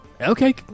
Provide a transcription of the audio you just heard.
okay